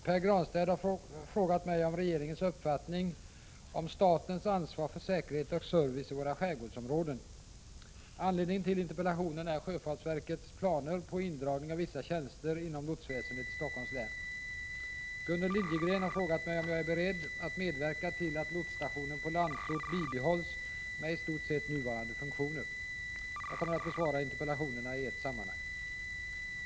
Herr talman! Pär Granstedt har frågat mig om regeringens uppfattning om statens ansvar för säkerhet och service i våra skärgårdsområden. Anledningen till interpellationen är sjöfartsverkets planer på indragning av vissa tjänster inom lotsväsendet i Stockholms län. Gunnel Liljegren har frågat mig om jag är beredd att medverka till att lotsstationen på Landsort bibehålls med i stort sett nuvarande funktioner. Jag kommer att besvara interpellationerna i ett sammanhang.